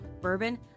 bourbon